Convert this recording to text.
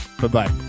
Bye-bye